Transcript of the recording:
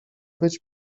być